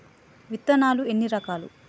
విత్తనాలు ఎన్ని రకాలు?